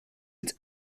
its